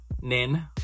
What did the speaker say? Nin